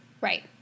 Right